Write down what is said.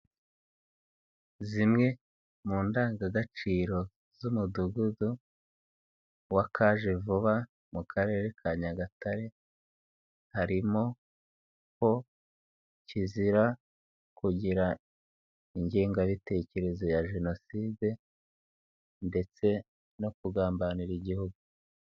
Zimwe mu ndangagaciro z'umudugudu wa Kajevuba mu karere ka Nyagatare harimo ko kizira kugira ingengabitekerezo ya Jenoside ndetse no kugambanira Igihugu.